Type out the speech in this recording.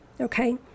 Okay